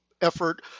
effort